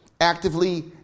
actively